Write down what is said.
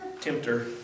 tempter